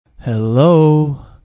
Hello